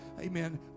Amen